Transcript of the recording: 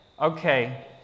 Okay